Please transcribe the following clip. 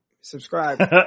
Subscribe